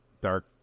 dark